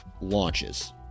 launches